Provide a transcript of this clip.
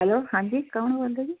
hello ਹਾਂਜੀ ਕੌਣ ਬੋਲਦਾ ਜੀ